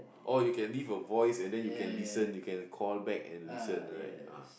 orh you can leave a voice and then you can listen you can call back and listen right ah